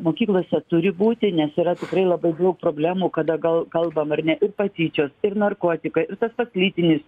mokyklose turi būti nes yra tikrai labai daug problemų kada gal kalbam ar ne ir patyčios ir narkotikai ir tas pats lytinis